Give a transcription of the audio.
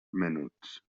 menuts